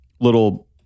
little